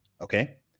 Okay